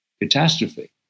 catastrophe